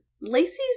Lacey's